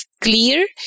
clear